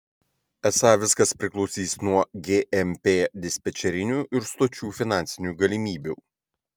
esą viskas priklausys nuo gmp dispečerinių ir stočių finansinių galimybių